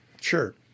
Sure